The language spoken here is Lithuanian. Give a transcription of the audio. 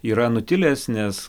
yra nutilęs nes